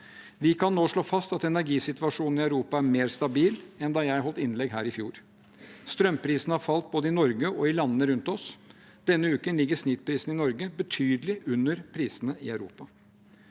Vi kan nå slå fast at energisituasjonen i Europa er mer stabil enn da jeg holdt innlegg her i fjor. Strømprisene har falt både i Norge og i landene rundt oss. Denne uken ligger snittprisene i Norge betydelig under prisene i Europa.